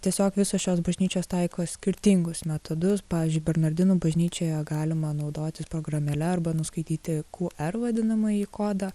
tiesiog visos šios bažnyčios taiko skirtingus metodus pavyzdžiui bernardinų bažnyčioje galima naudotis programėle arba nuskaityti kū er vadinamąjį kodą